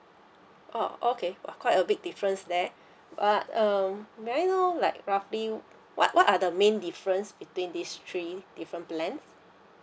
oh okay !wah! quite a big difference there but um may I know like roughly what what what are the main difference between these three different plans